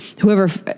whoever